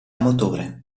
motore